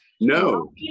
No